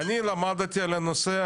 אני למדתי על הנושא,